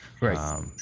Right